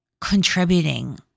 contributing